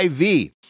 IV